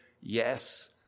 yes